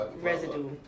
residue